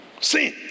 Sin